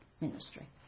ministry